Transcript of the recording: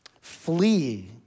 flee